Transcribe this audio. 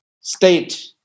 state